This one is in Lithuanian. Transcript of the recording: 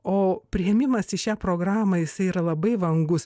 o priėmimas į šią programą jisai yra labai vangus